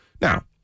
Now